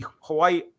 Hawaii